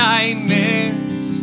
Nightmares